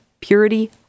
purity